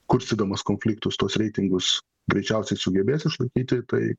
kurstydamas konfliktus tuos reitingus greičiausiai sugebės išlaikyti tai